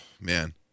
man